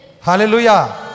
Hallelujah